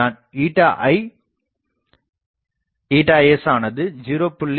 ηi ηs ஆனது 0